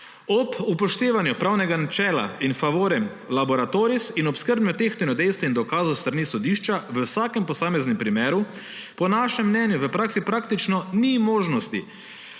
Ob upoštevanju pravnega načela in favorem laboratoris in ob skrbnem tehtanju dejstev in dokazov s strani sodišča v vsakem posameznem primeru po našem mnenju v praksi praktično ni možnosti,